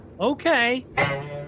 Okay